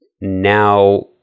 now